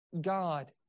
God